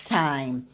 time